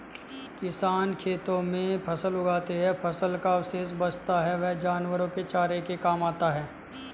किसान खेतों में फसल उगाते है, फसल का अवशेष बचता है वह जानवरों के चारे के काम आता है